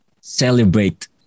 celebrate